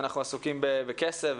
אנחנו עסוקים בכסף,